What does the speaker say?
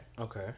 Okay